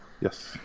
Yes